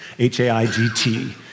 H-A-I-G-T